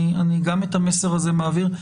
אני גם את המסר הזה מעביר.